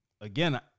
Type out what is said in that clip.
again